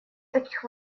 таких